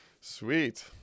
Sweet